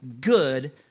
good